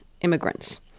immigrants